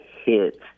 hit